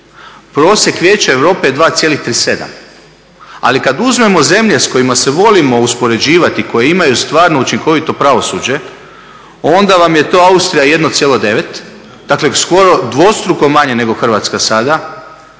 prosjek Vijeća Europe je 2,37 ali kada uzmemo zemlje s kojima se volimo uspoređivati i koje imaju stvarno učinkovito pravosuđe, onda vam je to Austrija 1,9 dakle skoro dvostruko manje nego Hrvatska sada,